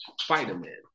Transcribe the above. Spider-Man